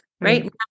right